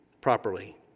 properly